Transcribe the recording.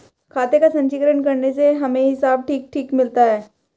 खाते का संचीकरण करने से हमें हिसाब ठीक ठीक मिलता है